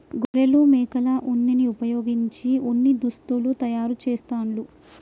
గొర్రెలు మేకల ఉన్నిని వుపయోగించి ఉన్ని దుస్తులు తయారు చేస్తాండ్లు